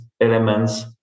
elements